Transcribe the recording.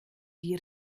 die